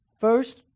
First